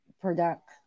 product